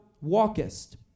walkest